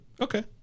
Okay